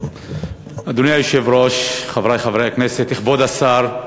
אדוני היושב-ראש, חברי חברי הכנסת, כבוד השר,